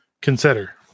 Consider